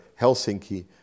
Helsinki